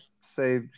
say